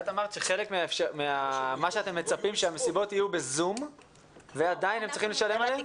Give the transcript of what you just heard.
את אמרת שאתם מצפים שהמסיבות יהיו ב-זום ועדיין הם צריכים לשלם עליהן?